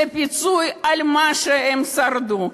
זה פיצוי על מה שהם שרדו.